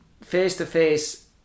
face-to-face